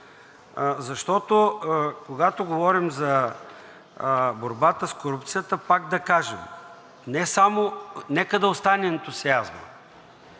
защото, когато говорим за борбата с корупцията, пак да кажем, нека да остане ентусиазмът.